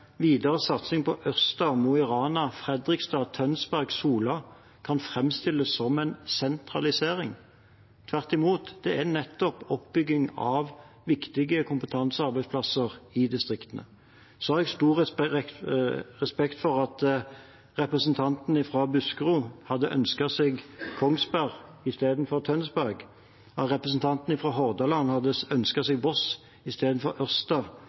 videre satsing på Ørsta, Mo i Rana, Fredrikstad, Tønsberg og Sola kan framstilles som en sentralisering. Tvert imot, det er nettopp oppbygging av viktige kompetansearbeidsplasser i distriktene. Jeg har stor respekt for at representanten fra Buskerud hadde ønsket seg Kongsberg i stedet for Tønsberg, at representanten fra Hordaland hadde ønsket seg Voss i stedet for Ørsta,